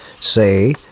say